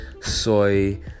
soy